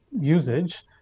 usage